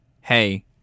hey